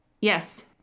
Yes